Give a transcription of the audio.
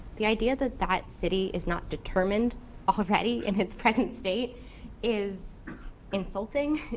the idea that that city is not determined already in its present state is insulting,